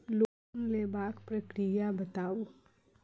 Loan लेबाक प्रक्रिया बताऊ?